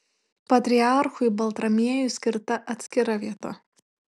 patriarchui baltramiejui skirta atskira vieta